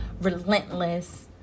relentless